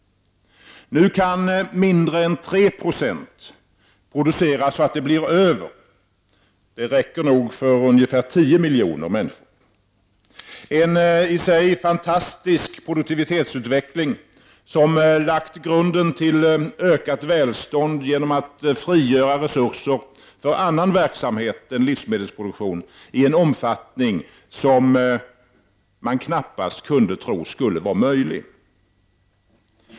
Nu kan mindre än 3 Zo producera så att det blir över. Det räcker nog för ungefär 10 miljoner människor. Detta är en i sig fantastisk produktivitetsutveckling, som lagt grunden till ökat välstånd genom att frigöra resurser för annan verksamhet än livsmedelsproduktion i en omfattning som man knappast kunde tro skulle vara möjlig.